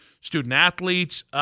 student-athletes –